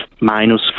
minus